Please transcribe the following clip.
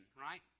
right